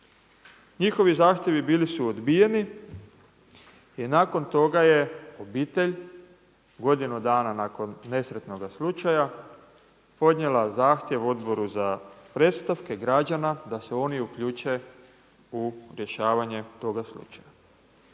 Njihovi zahtjevi bili su odbijeni i nakon toga je obitelj godinu dana nakon nesretnoga slučaja, podnijela zahtjev Odboru za predstavke građana da se oni uključe u rješavanje toga slučaja.